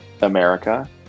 America